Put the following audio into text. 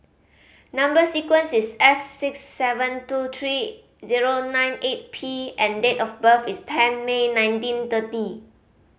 number sequence is S six seven two three zero nine eight P and date of birth is ten May nineteen thirty